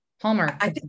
Hallmark